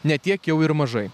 ne tiek jau ir mažai